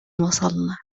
وصلنا